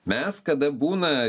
mes kada būna